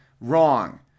wrong